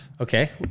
Okay